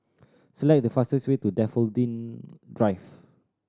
select the fastest way to Daffodil Drive